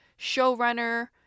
showrunner